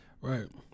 Right